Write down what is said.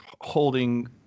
holding